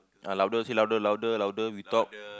ah louder say louder louder louder you talk